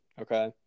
Okay